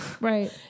Right